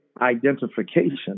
identification